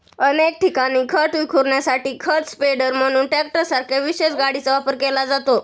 अनेक ठिकाणी खत विखुरण्यासाठी खत स्प्रेडर म्हणून ट्रॅक्टरसारख्या विशेष गाडीचा वापर केला जातो